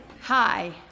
Hi